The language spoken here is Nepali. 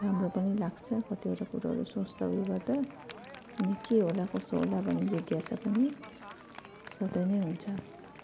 राम्रो पनि लाग्छ कतिवटा कुरोहरू सोच्दा उयो गर्दा अनि के होला कसो होला भन्ने जिज्ञासा पनि सधैँ नै हुन्छ